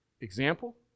example